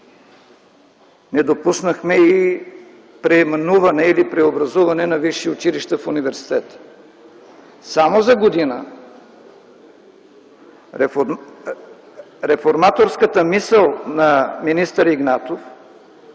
преименуване или преобразуване на висши училища в университети. Само за година реформаторската мисъл на министър Игнатов